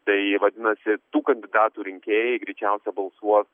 tai vadinasi tų kandidatų rinkėjai greičiausia balsuos